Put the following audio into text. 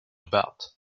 about